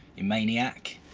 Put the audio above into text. you maniac.